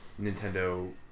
Nintendo